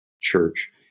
church